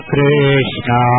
Krishna